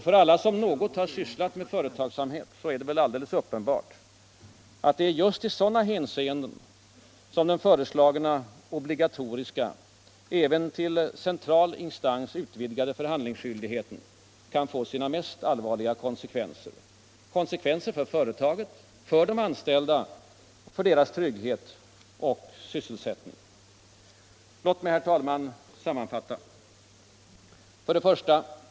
För alla som något har sysslat med företagsamhet är det väl alldeles uppenbart att det är just i sådana hänseenden som den föreslagna obligatoriska, även till central instans utvidgade, förhandlingsskyldigheten kan få sina mest allvarliga konsekvenser — för företaget, för de anställda, för deras trygghet och sysselsättning. Låt mig, herr talman, sammanfatta. 1.